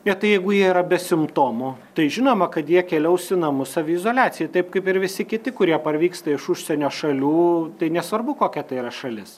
ne tai jeigu jie yra be simptomų tai žinoma kad jie keliaus į namus saviizoliacijai taip kaip ir visi kiti kurie parvyksta iš užsienio šalių tai nesvarbu kokia tai yra šalis